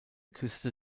küste